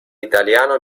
italiano